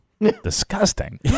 disgusting